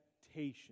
expectation